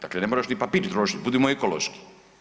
Dakle, ne moraš ni papir trošiti, budimo ekološki.